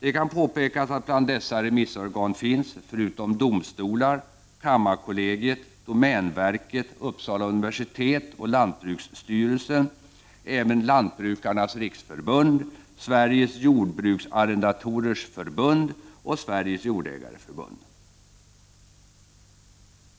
Det kan påpekas att bland dessa remissorgan finns — förutom domstolar, kammarkollegiet, domänverket, Uppsala universitet och lantbruksstyrelsen — även Lantbrukarnas riksförbund, Sveriges jordbruksarrendatorers förbund och Sveriges jordägareförbund.